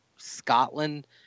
scotland